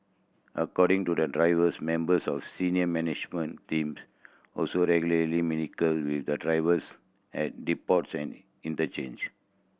according to the drivers members of senior management team also regularly mingle with the drivers at depots and interchanges